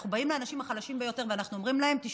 אנחנו באים לאנשים החלשים ביותר ואנחנו אומרים להם: תשמעו,